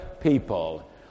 people